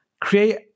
create